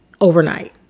overnight